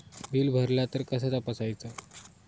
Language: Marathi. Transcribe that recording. बिल भरला तर कसा तपसायचा?